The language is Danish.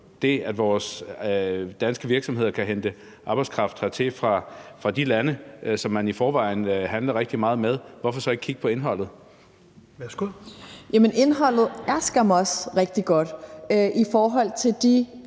at vores danske virksomheder kan hente arbejdskraft hertil fra de lande, som man i forvejen handler rigtig meget med, hvorfor så ikke kigge på indholdet? Kl. 12:05 Fjerde næstformand